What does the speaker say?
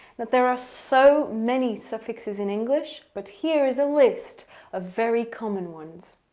but there are so many suffixes in english, but here is a list of very common ones.